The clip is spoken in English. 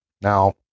Now